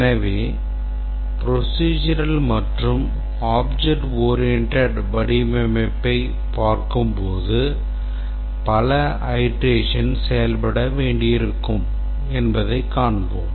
எனவே procedural மற்றும் object oriented வடிவமைப்பைப் பார்க்கும்போது பல iteration செயல்பட வேண்டியிருக்கும் என்பதைக் காண்போம்